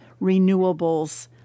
renewables